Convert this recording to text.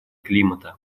климата